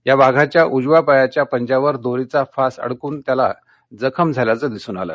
या वाघाच्या उजव्या पायाच्या पंज्यावर दोरीचा फास अडकून तो जखम झाल्याचं आढळून आलं